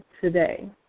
today